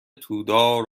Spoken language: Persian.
تودار